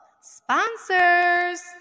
Sponsors